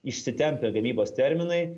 išsitempę gamybos terminai